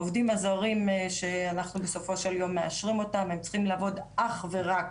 העובדים הזרים שאנחנו בסופו של יום מאשרים אותם הם צריכים לעבוד אך ורק